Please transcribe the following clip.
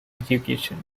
education